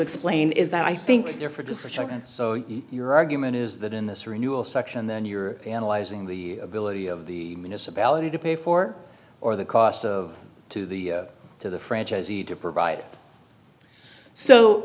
explain is that i think they're producers nd so your argument is that in this renewal section then you're analyzing the ability of the municipality to pay for or the cost of to the to the franchisee to provide so